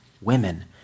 women